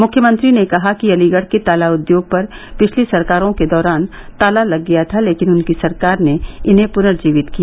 मुख्यमंत्री ने कहा कि अलीगढ़ के ताला उद्योग पर पिछली सरकारों के दौरान ताला लग गया था लेकिन उनकी सरकार ने इन्हें पुनर्जीवित किया